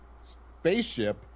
spaceship